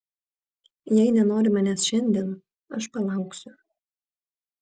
jei nenori manęs šiandien aš palauksiu